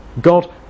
God